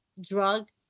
drug